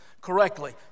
correctly